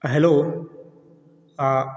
hello आ